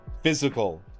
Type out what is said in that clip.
Physical